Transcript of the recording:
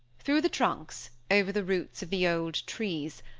through the trunks, over the roots of the old trees,